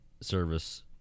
service